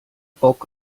bock